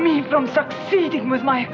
me from succeeding with my